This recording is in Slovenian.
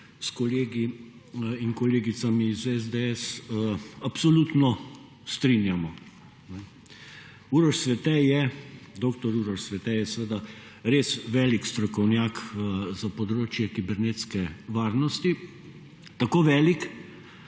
s kolegi in kolegicami iz SDS absolutno strinjamo. Dr. Uroš Svete je seveda res velik strokovnjak za področje kibernetske varnosti. Tako velik,